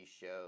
shows